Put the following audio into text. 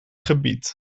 gebied